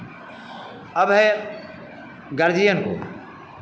अब है गार्जियन को